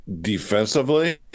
defensively